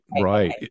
Right